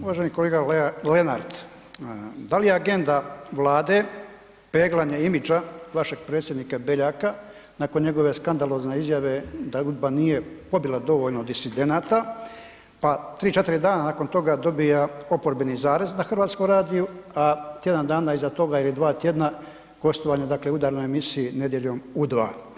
Uvaženi kolega Lenart, da li je agenda Vlade peglanje imidža vašeg predsjednika Beljaka nakon njegove skandalozne izjave da UDBA nije pobila dovoljno disidenata pa 3, 4 dana nakon toga dobiva „Oporbeni zarez“ na Hrvatskom radiju a tjedan dana iza toga ili dva tjedna, gostovanje u udarnoj emisiji „Nedjeljom u 2“